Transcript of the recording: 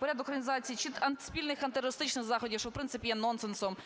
порядок організації чи спільних антитерористичних заходів, що, в принципі, є нонсенсом,